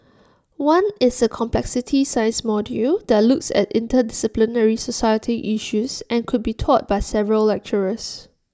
one is A complexity science module that looks at interdisciplinary societal issues and could be taught by several lecturers